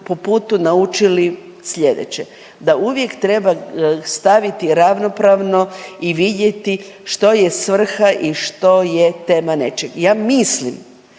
po putu naučili slijedeće. Da uvijek treba staviti ravnopravno i vidjeti što je svrha i što je tema nečeg. Ja mislim